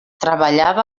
treballava